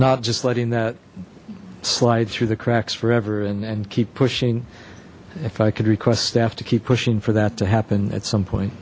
not just letting that slide through the cracks forever and keep pushing if i could request staff to keep pushing for that to happen at some point